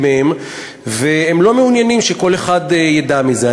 מהם והם לא מעוניינים שכל אחד ידע מזה.